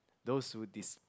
those who des~